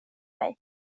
mig